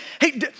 hey